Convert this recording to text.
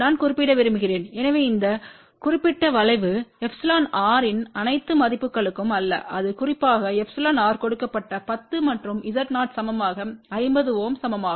நான் குறிப்பிட விரும்புகிறேன் எனவே இந்த குறிப்பிட்ட வளைவு εrஇன் அனைத்து மதிப்புகளுக்கும் அல்லஇது குறிப்பாக εr கொடுக்கப்பட்ட 10 மற்றும் Z0 சமமாக50 Ω சமமாக